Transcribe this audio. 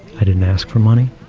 i didn't ask for money.